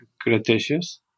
Cretaceous